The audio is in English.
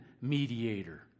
mediator